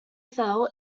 fell